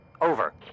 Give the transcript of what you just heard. Over